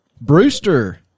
Brewster